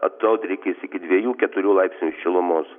atodrėkis iki dviejų keturių laipsnių šilumos